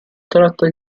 tratta